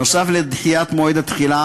נוסף על דחיית מועד התחילה,